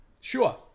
Sure